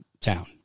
town